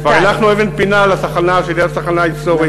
כבר הנחנו אבן פינה לתחנה שליד התחנה ההיסטורית,